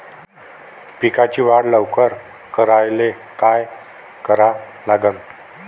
पिकाची वाढ लवकर करायले काय करा लागन?